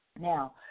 Now